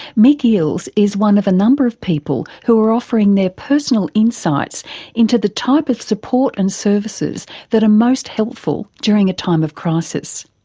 mic eales is one of a number of people who are offering their personal insights into the type of support and services that are most helpful during a time of crisis.